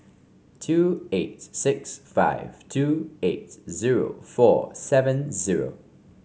two eight six five two eight zero four seven zero